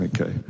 okay